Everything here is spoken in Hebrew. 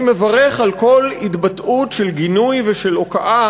אני מברך על כל התבטאות של גינוי ושל הוקעה